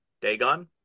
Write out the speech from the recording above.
Dagon